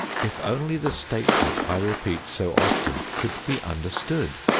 if only the statement i repeat so often could be understood!